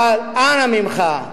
אבל אנא ממך,